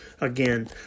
Again